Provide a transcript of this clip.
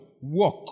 work